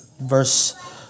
verse